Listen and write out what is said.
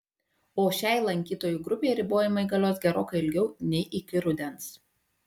o šiai lankytojų grupei ribojimai galios gerokai ilgiau nei iki rudens